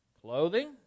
Clothing